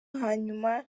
hanyuma